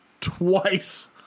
twice